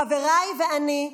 חבריי ואני,